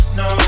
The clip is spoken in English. no